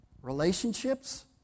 relationships